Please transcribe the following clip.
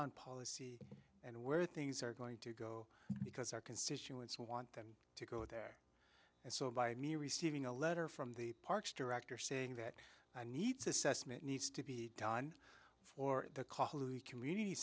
on policy and where things are going to go because our constituents want them to go there and so by me receiving a letter from the parks director saying that my needs assessment needs to be done for the cause community